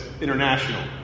international